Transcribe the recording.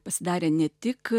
pasidarė ne tik